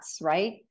right